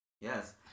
yes